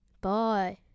Bye